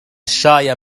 الشاي